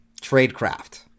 Tradecraft